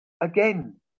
again